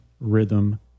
Rhythm